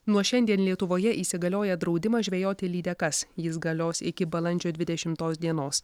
nuo šiandien lietuvoje įsigalioja draudimas žvejoti lydekas jis galios iki balandžio dvidešimtos dienos